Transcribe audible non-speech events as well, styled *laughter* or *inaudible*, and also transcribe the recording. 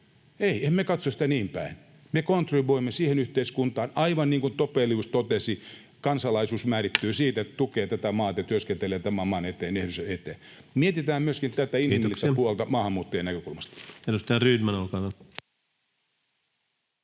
Ei, emme katso sitä niin päin. Me kontribuoimme siihen yhteiskuntaan. Aivan niin kuin Topelius totesi: kansalaisuus määrittyy siitä, *noise* että tukee tätä maata ja työskentelee tämän maan eteen. Mietitään myöskin tätä inhimillistä puolta maahanmuuttajien näkökulmasta.